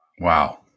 Wow